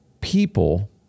people